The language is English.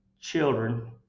children